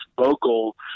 vocal